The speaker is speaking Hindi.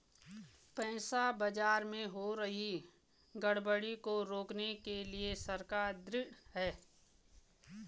पैसा बाजार में हो रही गड़बड़ी को रोकने के लिए सरकार ढृढ़ है